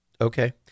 Okay